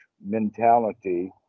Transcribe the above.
mentality